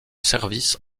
service